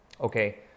Okay